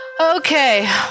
okay